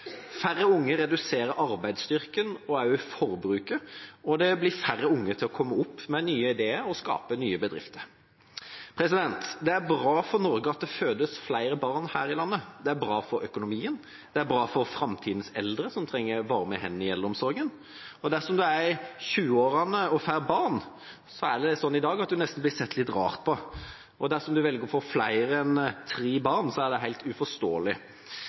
Færre unge reduserer arbeidsstyrken og også forbruket, og det blir færre unge til å komme opp med nye ideer og skape nye bedrifter. Det er bra for Norge at det fødes flere barn her i landet. Det er bra for økonomien, og det er bra for framtidens eldre, som trenger varme hender i eldreomsorgen. Dersom en er i 20-årene og får barn, er det slik i dag at en nesten blir sett litt rart på. Og dersom en velger å få flere enn tre barn, er det helt uforståelig.